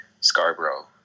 Scarborough